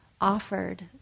offered